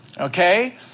Okay